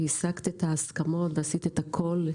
שהשגת את ההסכמות ועשית את הכל,